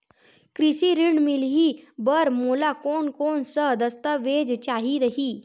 कृषि ऋण मिलही बर मोला कोन कोन स दस्तावेज चाही रही?